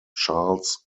charles